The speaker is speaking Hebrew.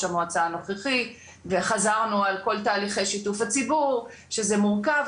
המועצה הנוכחי וחזרנו על כל תהליכי שיתוף הציבור שזה מורכב,